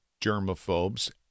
germaphobes